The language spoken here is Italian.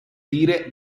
dire